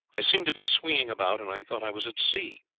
i seemed to be swinging about, and i thought i was at sea.